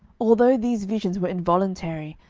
although these visions were involuntary,